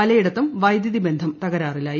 പലയിടത്തും വൈദ്യുതിബന്ധം തകരാറിലായി